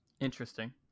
Interesting